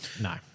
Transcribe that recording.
No